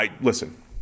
Listen